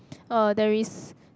uh there is